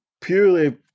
Purely